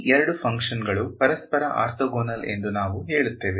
ಈ ಎರಡು ಫಂಕ್ಷನ್ಗಳು ಪರಸ್ಪರ ಆರ್ಥೋಗೋನಲ್ ಎಂದು ನಾವು ಹೇಳುತ್ತೇವೆ